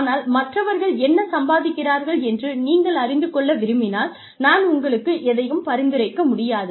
ஆனால் மற்றவர்கள் என்ன சம்பாதிக்கிறார்கள் என்று நீங்கள் அறிந்துகொள்ள விரும்பினால் நான் உங்களுக்கு எதையும் பரிந்துரைக்க முடியாது